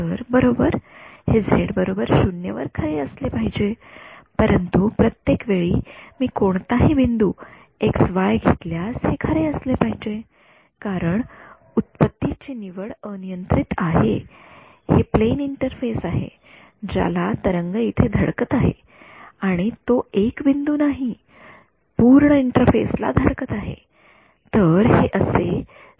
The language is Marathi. विद्यार्थीः तर बरोबर हे झेड 0 वर खरे असले पाहिजे परंतु प्रत्येक वेळी मी कोणताही बिंदू एक्सवाई घेतल्यास ते खरे असले पाहिजे कारण उत्पत्तीची निवड अनियंत्रित आहे हे प्लेन इंटरफेस आहे ज्याला तरंग इथे धडकत आहे आणि तो एक बिंदू नाही पूर्ण इंटरफेस ला धडकत आहे